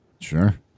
Sure